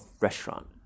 restaurant